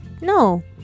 No